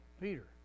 Peter